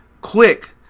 quick